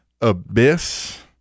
abyss